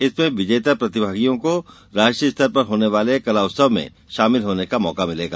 इनमें विजेता प्रतिभागियों को राष्ट्रीय स्तर पर होने वाले कला उत्सव में शामिल होने का अवसर मिलेगा